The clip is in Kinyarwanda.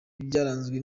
byaranzwe